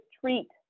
treat